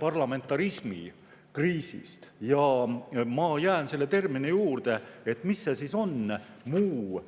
parlamentarismi kriisist. Ma jään selle termini juurde, sest mis see siis muu